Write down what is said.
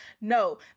No